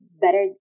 better